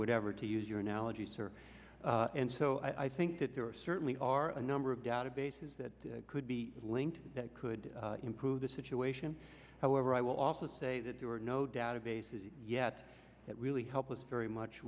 whatever to use your analogy sir and so i think that there are certainly are a number of databases that could be linked that could improve the situation however i will also say that there are no databases yet that really help us very much